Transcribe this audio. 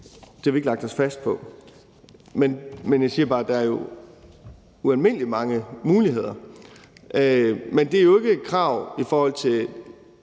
Det har vi ikke lagt os fast på. Men jeg siger jo bare, at der er ualmindelig mange muligheder. Men det er jo ikke krav i forhold til